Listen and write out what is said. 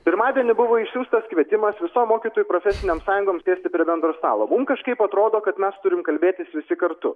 pirmadienį buvo išsiųstas kvietimas visom mokytojų profesinėm sąjungom sėsti prie bendro stalo mum kažkaip atrodo kad mes turim kalbėtis visi kartu